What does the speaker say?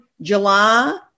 July